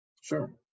Sure